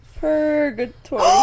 purgatory